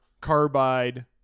carbide